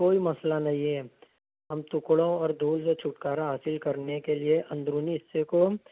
کوئی مسئلہ نہیں ہے ہم ٹکڑوں اور دھول سے چھٹکارا حاصل کرنے کے لئے اندرونی حصے کو